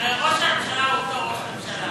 הרי ראש הממשלה הוא אותו ראש ממשלה.